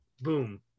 boom